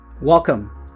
Welcome